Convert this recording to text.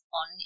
on